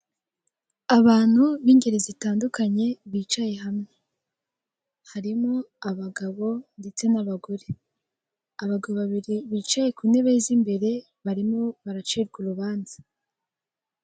Abantu b'ingeri zitandukanye bicaye hamwe harimo abagabo ndetse n'abagore abagabo babiri bicaye ku ntebe z'imbere barimo baracirwa urubanza.